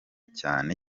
cyane